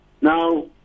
now